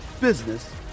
business